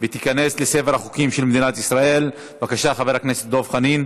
בעד, 13, אין מתנגדים, אין נמנעים.